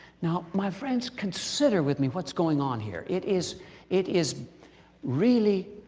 now my friends, consider with me what's going on here. it is it is really